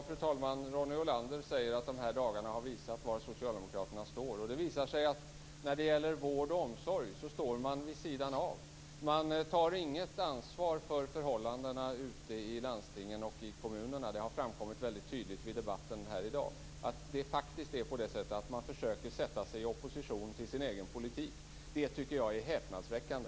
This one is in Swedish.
Fru talman! Ronny Olander säger att de här dagarna har visat var socialdemokraterna står. Det visar sig att när det gäller vård och omsorg står man vid sidan av. Man tar inget ansvar för förhållandena ute i landstingen och kommunerna. Det har framkommit väldigt tydligt i debatten här i dag. Man försöker faktiskt sätta sig i opposition till sin egen politik. Det tycker jag är häpnadsväckande.